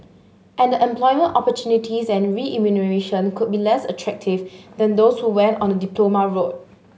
and the employment opportunities and remuneration could be less attractive than those who went on a diploma route